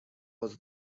was